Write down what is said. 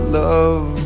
love